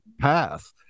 path